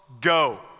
go